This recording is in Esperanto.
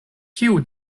kiu